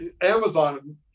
amazon